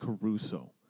Caruso